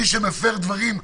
מי שמפר דברים,